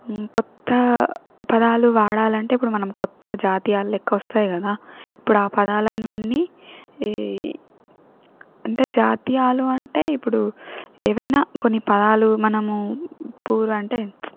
కొత్త పదాలు వాడాలంటే ఇప్పుడు మనం కొత్త జాతీయాలు లెక్క వస్తాయి కదా ఇప్పుడు ఆ పదాలన్నీ ఈ అంటే జాతీయాలు అంటే ఇప్పుడు ఏవైనా కొన్ని పదాలు మనమూ పూర్వంటే